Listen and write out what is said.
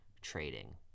trading